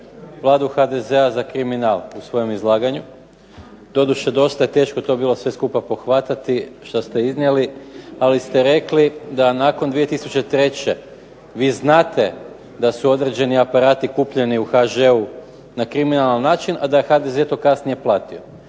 Vladu HDZ-a za kriminal u svom izlaganju. Doduše dosta je teško to bilo sve skupa pohvatati što ste iznijeli, ali ste rekli da nakon 2003. vi znate da su određeni aparati kupljeni u HŽ-u na kriminalan način, a da je HDZ to kasnije platio.